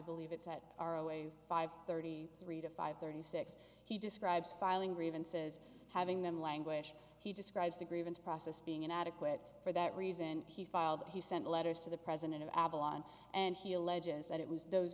believe it's at r o a five thirty three to five thirty six he describes filing grievances having them languish he describes the grievance process being inadequate for that reason he filed he sent letters to the president of avalon and he alleges that it was those